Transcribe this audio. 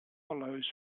follows